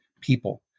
people